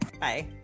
Bye